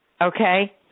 Okay